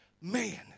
man